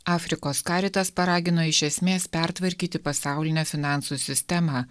afrikos karitas paragino iš esmės pertvarkyti pasaulinę finansų sistemą